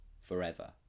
forever